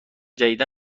جدیدا